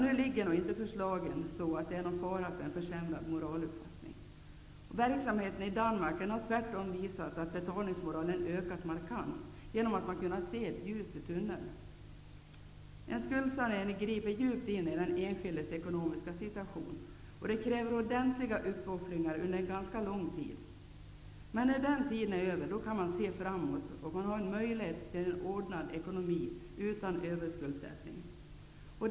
Nu är nog inte förslagen som finns sådana att det är någon risk för en försämrad moral. Verksamheten i Danmark har tvärtom visat att betalningsmoralen markant ökat genom att man har kunnat se ljuset längst bort i tunneln. En skuldsanering griper djupt in i den enskildes ekonomiska situation och kräver ordentliga uppoffringar under ganska lång tid. Men när den tiden är över kan man se framåt, och man har då en möjlighet till en ordnad ekonomi utan överskuldsättning.